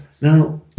now